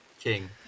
King